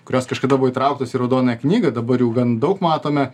kurios kažkada buvo įtrauktos į raudonąją knygą dabar jau gan daug matome